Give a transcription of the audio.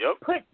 put